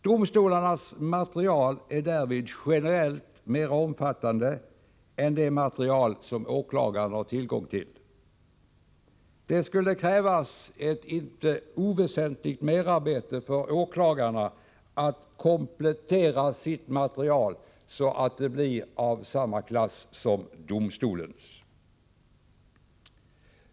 Domstolarnas material är därvid generellt mer omfattande än det material åklagaren har tillgång till. Det skulle krävas ett inte oväsentligt merarbete för åklagarna att komplettera sitt material så att det blir av samma klass som domstolens.